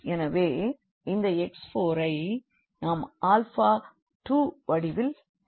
எனவே இந்த x4 ஐ நாம் ஆல்ஃபா 2 வடிவில் எழுதலாம்